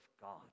God